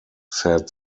said